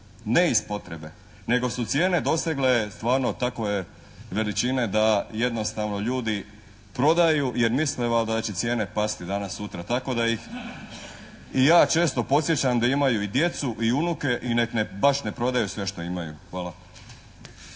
ne iz potrebe, nego su cijene dosegle stvarno takove veličine da jednostavno ljudi prodaju jer misle valjda da će cijene pasti danas sutra. Tako da ih i ja često podsjećam da imaju i djecu i unuke i nek ne baš ne prodaju sve što imaju. Hvala.